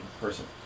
person